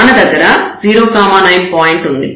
మన దగ్గర 0 9 పాయింట్ ఉంది